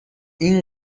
این